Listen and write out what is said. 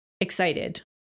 excited